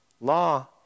law